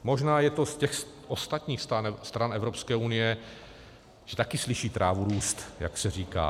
Možná je to z těch ostatních stran Evropské unie, že taky slyší trávu růst, jak se říká.